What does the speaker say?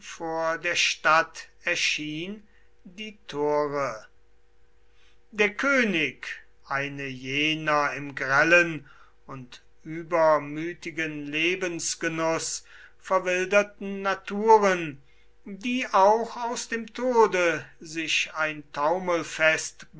vor der stadt erschien die tore der könig eine jener im grellen und übermütigen lebensgenuß verwilderten naturen die auch aus dem tode sich ein